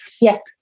Yes